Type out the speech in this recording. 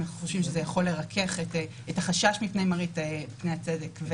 אנחנו חושבים שזה יכול לרכך את החשש מפני מראית פני הצדק.